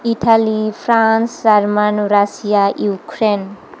Italy France German Russia Ukraine